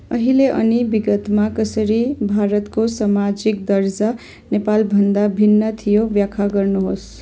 अहिले अनि विगतमा कसरी भारतको सामाजिक दर्जा नेपालभन्दा भिन्न थियो व्याख्या गर्नुहोस्